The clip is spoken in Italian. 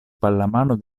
pallamano